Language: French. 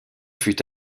fut